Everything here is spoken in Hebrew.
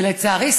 ולצערי,